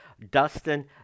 Dustin